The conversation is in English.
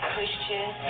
Christian